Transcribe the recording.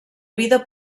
vida